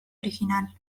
original